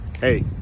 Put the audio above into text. hey